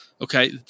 Okay